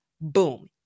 Boom